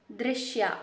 ದೃಶ್ಯ